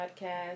Podcast